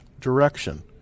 direction